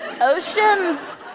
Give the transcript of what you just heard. Oceans